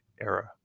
era